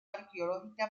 arqueológica